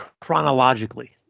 chronologically